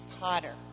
potter